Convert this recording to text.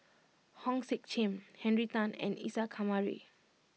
Hong Sek Chern Henry Tan and Isa Kamari